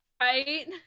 Right